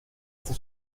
hasta